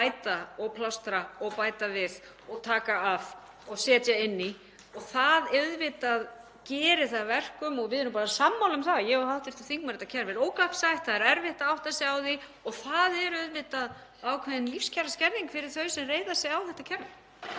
og plástra og bæta við og taka af og setja inn í. Það auðvitað gerir það að verkum, og við erum bara sammála um það, ég og hv. þingmaður, að þetta kerfi er ógagnsætt. Það er erfitt að átta sig á því og það er auðvitað ákveðin lífskjaraskerðing fyrir þau sem reiða sig á þetta kerfi